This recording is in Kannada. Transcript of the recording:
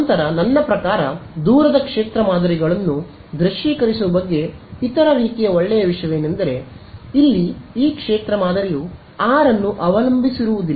ನಂತರ ನನ್ನ ಪ್ರಕಾರ ದೂರದ ಕ್ಷೇತ್ರ ಮಾದರಿಗಳನ್ನು ದೃಶ್ಯೀಕರಿಸುವ ಬಗ್ಗೆ ಇತರ ರೀತಿಯ ಒಳ್ಳೆಯ ವಿಷಯವೆಂದರೆ ಇಲ್ಲಿ ಈ ಕ್ಷೇತ್ರ ಮಾದರಿಯು r ಅನ್ನು ಅವಲಂಬಿಸಿರುವುದಿಲ್ಲ